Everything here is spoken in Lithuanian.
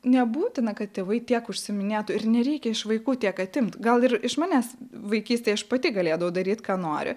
nebūtina kad tėvai tiek užsiiminėtų ir nereikia iš vaikų tiek atimti gal ir iš manęs vaikystėje aš pati galėdavau daryti ką noriu